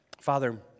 Father